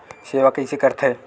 सेवा कइसे करथे?